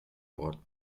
bought